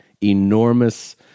enormous